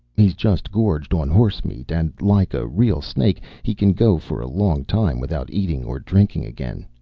he's just gorged on horse-meat, and like a real snake, he can go for a long time without eating or drinking again.